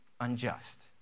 unjust